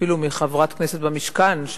אפילו מחברת כנסת במשכן,